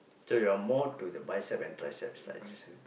so you are more to the bicep and triceps sides